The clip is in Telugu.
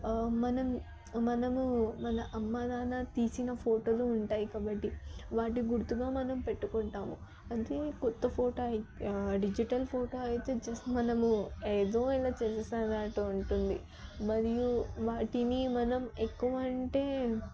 మనం మనము మన అమ్మనాన్న తీసిన ఫోటోలు ఉంటాయి కబట్టి వాటి గుర్తుగా మనం పెట్టుకుంటాము అదే కొత్త ఫోటో అయి డిజిటల్ ఫోటో అయితే జస్ట్ మనము ఏదో ఎలా చేసేసాం అన్నట్టు ఉంటుంది మరియు వాటిని మనం ఎక్కువ అంటే